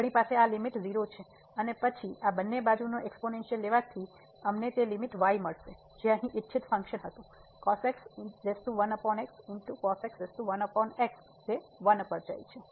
તેથી આપણી પાસે આ લીમીટ 0 છે અને પછી આ બંને બાજુનો એક્સપોનેણસીઅલ લેવાથી અમને તે લીમીટ y મળશે જે અહીં ઇચ્છિત ફંક્શન હતું તે 1 પર જાય છે